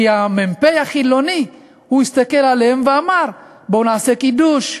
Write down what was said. כי המ"פ החילוני הסתכל עליהם ואמר: בואו נעשה קידוש.